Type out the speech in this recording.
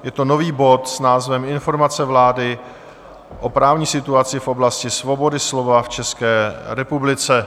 Je to nový bod s názvem Informace vlády o právní situaci v oblasti svobody slova v České republice.